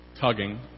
tugging